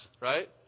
right